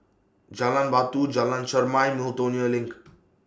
Jalan Batu Jalan Chermai and Miltonia LINK